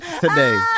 today